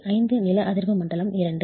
5 நில அதிர்வு மண்டலம் II